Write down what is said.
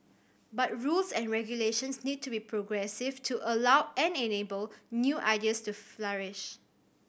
but rules and regulations need to be progressive to allow and enable new ideas to flourish